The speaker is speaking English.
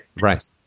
Right